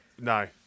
no